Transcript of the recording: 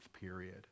period